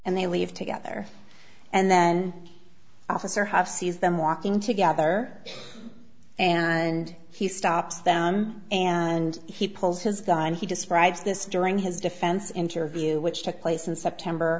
and they leave together and then officer have sees them walking together and he stops them and he pulls his gun and he describes this during his defense interview which took place in september